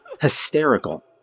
hysterical